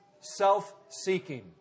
Self-seeking